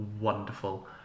wonderful